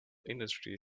industry